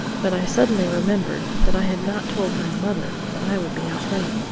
but i suddenly remembered that i had not told my mother that i would be out late.